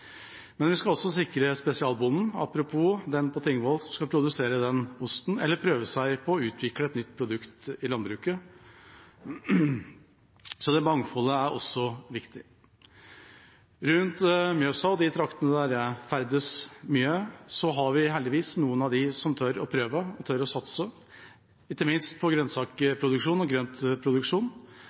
Men vi skal også sikre spesialbonden – apropos den på Tingvoll som skal produsere den osten eller prøve seg på å utvikle et nytt produkt i landbruket. Mangfoldet er også viktig. Rundt Mjøsa og i de traktene der jeg ferdes mye, har vi heldigvis noen av dem som tør å prøve og tør å satse, ikke minst på grønnsaksproduksjon og grøntproduksjon.